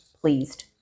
pleased